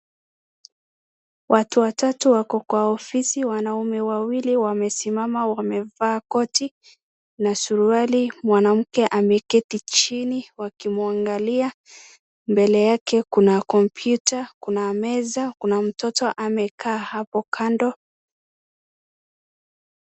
Watu watatu wako kwa ofisi wanaume wawili wamesimama wamevaa koti, na suruali. Mwanamke ameketi chini, wakimwangalia, mbele yake kuna kompyuta, kuna meza, kuna mtoto amekaa hapo kando.